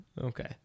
Okay